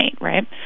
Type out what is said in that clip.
right